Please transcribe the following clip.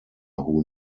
who